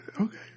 Okay